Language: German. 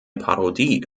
parodie